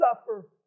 suffer